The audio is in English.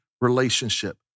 relationship